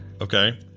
okay